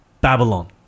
Babylon